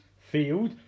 Field